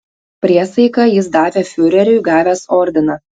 priesaiką jis davė fiureriui gavęs ordiną